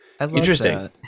interesting